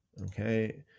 okay